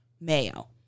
mayo